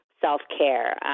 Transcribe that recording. self-care